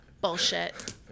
Bullshit